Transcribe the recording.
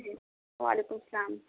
وعلیکم السلام